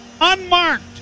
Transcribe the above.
Unmarked